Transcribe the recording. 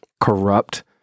corrupt